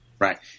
Right